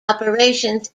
operations